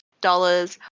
dollars